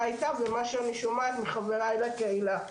איתה ומה שאני שומעת מחבריי לקהילה.